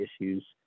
issues